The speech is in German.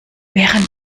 während